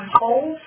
hold